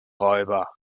räuber